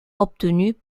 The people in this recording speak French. obtenue